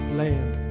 land